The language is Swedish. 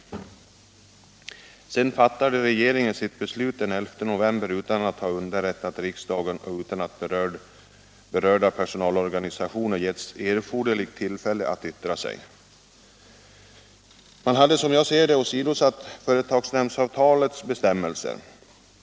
Sedan fattade regeringen sitt beslut den 11 november utan att ha underrättat riksdagen och utan att de berörda personalorganisationerna getts erfor derligt tillfälle att yttra sig. Enligt min mening åsidosatte man företagsnämndsavtalets bestämmelser.